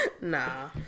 Nah